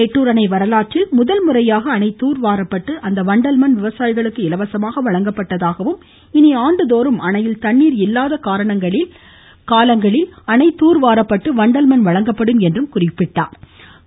மேட்டூர் அணை வரலாற்றில் முதல் முறையாக அணை தூர்வாரப்பட்டு அந்த வண்டல் மண் விவசாயிகளுக்கு இலவசமாக வழங்கப்பட்டதாகவும் இனி ஆண்டுதோறும் அணையில் தண்ணீர் இல்லாத காரணங்களில் அணை தூர்வாரப்பட்டு வண்டல் மண் வழங்கப்படும் என்றார்